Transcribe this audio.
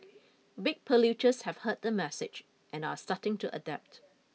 big polluters have heard the message and are starting to adapt